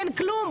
אין כלום,